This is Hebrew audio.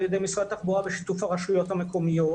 ידי משרד התחבורה בשיתוף הרשויות המקומיות.